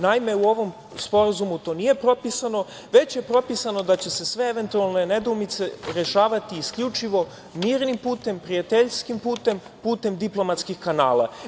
Naime, u ovom sporazumu to nije propisano, već je propisano da će se sve eventualne nedoumice rešavati isključivo mirnim putem, prijateljskim putem, putem diplomatskih kanala.